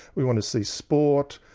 we want to see sport',